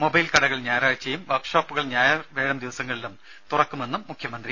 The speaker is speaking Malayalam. മൊബൈൽ കടകൾ ഞായറാഴ്ചയും വർക്ക്ഷോപ്പുകൾ ഞായർ വ്യാഴം ദിവസങ്ങളിലും തുറക്കുമെന്നും മുഖ്യമന്ത്രി